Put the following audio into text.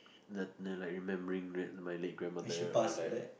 then then like remembering late my late grandmother or like